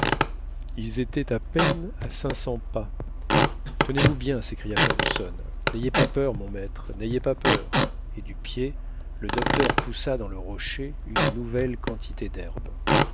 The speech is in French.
ils étaient à peine à cinq cents pas tenez-vous bien s'écria fergusson n'ayez pas peur mon maître n'ayez pas peur et du pied le docteur poussa dans le foyer une nouvelle quantité d'herbe